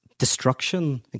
destruction